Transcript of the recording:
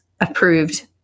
approved